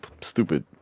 stupid